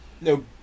No